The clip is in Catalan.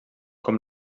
com